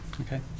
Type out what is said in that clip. Okay